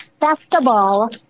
acceptable